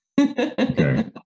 okay